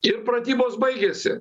ir pratybos baigėsi